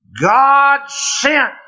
God-sent